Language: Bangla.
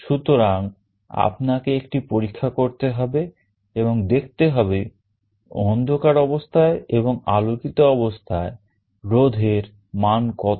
সুতরাং আপনাকে একটি পরীক্ষা করতে হবে এবং দেখতে হবে অন্ধকার অবস্থায় এবং আলোকিত অবস্থায় রোধ এর মান কত